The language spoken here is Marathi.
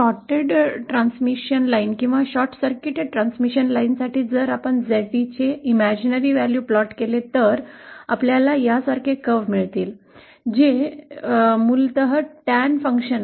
शॉर्टटेड ट्रान्समिशन लाइन किंवा शॉर्ट सर्कीटेड ट्रान्समिशन लाइनसाठी जर आपण Zd चे काल्पनिक मूल्य प्लॉट केले तर आपल्याला यासारखे वक्र मिळाले जे मूलतः Tan फंक्शन आहे